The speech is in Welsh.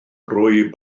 rwy